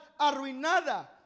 arruinada